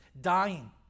dying